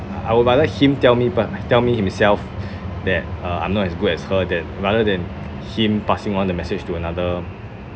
I would rather him tell me by tell me himself that uh I'm not as good as her than rather than him passing on the message to another